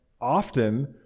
often